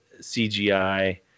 CGI